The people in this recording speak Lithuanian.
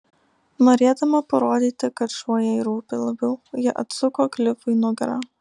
norėdama parodyti kad šuo jai rūpi labiau ji atsuko klifui nugarą